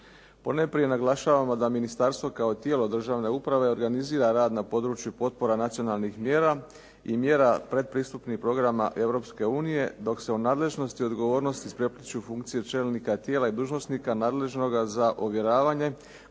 Ponajprije naglašavamo da Ministarstvo kao tijelo državne uprave organizira rad na području potpora nacionalnih mjera i mjera pretpristupnih programa Europske unije, dok se o nadležnosti i odgovornosti isprepliću funkcije čelnika, tijela i dužnosnika nadležnoga za ovjeravanje